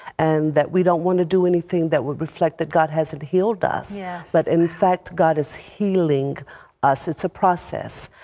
and that we don't want to do anything that would reflect that god hasn't healed us. yeah but and in fact, god is healing us. it's a process.